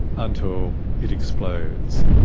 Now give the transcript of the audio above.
until it explodes.